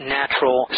natural